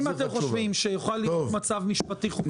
אם אתם חושבים שיכול להיות מצב משפטי חוקתי